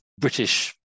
British